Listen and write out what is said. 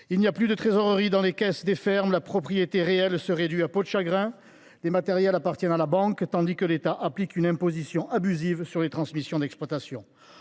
Il n’y a plus de trésorerie dans les caisses des fermes. La propriété réelle se réduit comme peau de chagrin : les matériels appartiennent à la banque, tandis que l’État applique une imposition abusive sur les transmissions d’exploitation.